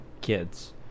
kids